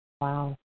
Wow